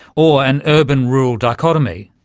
or an urban ruled dichotomy.